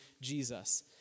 Jesus